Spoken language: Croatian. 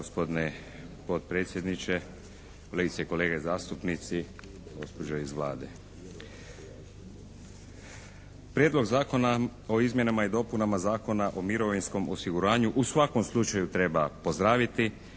gospodine potpredsjedniče, kolegice i kolege zastupnici, gospođo iz Vlade. Prijedlog zakona o izmjenama i dopunama Zakona o mirovinskom osiguranju u svakom slučaju treba pozdraviti